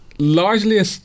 Largely